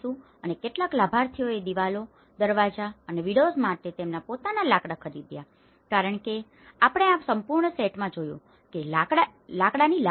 અને કેટલાક લાભાર્થીઓએ દિવાલો દરવાજા અને વિંડોઝ માટે તેમના પોતાના લાકડા ખરીદ્યા કારણ કે આપણે આ સંપૂર્ણ સેટમાં જોયું છે કે લાકડાની લાકડી છે